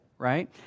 Right